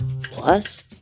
Plus